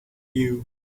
you